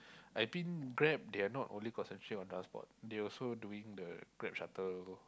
I think Grab they are not only concentrating on transport they also doing the Grab Shuttle